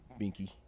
Binky